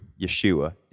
Yeshua